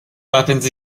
weapons